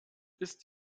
ist